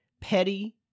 petty